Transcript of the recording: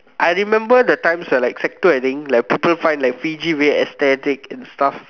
I remember the times when like sec two I think like people find like Fiji way aesthetic and stuff